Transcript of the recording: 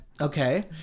Okay